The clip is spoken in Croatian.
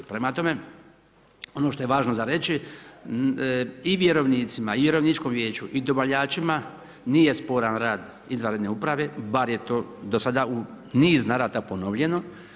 Prema tome, ono što je važno za reći i vjerovnicima i Vjerovničkom vijeću i dobavljačima nije sporan rad izvanredne uprave, bar je to do sada u niz navrata ponovljeno.